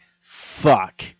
Fuck